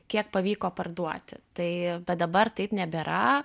kiek pavyko parduoti tai bet dabar taip nebėra